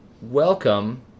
Welcome